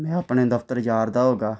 में अपने दफ्तर जा'रदा होगा